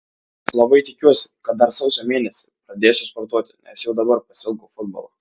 labai tikiuosi kad dar sausio mėnesį pradėsiu sportuoti nes jau dabar pasiilgau futbolo